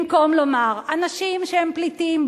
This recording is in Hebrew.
במקום לומר: אנשים שהם פליטים,